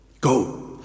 go